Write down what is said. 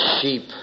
sheep